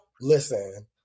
listen